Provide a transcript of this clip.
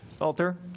alter